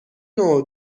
نوع